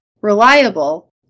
reliable